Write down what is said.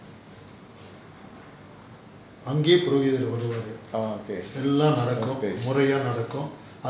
oh okay no space